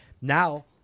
now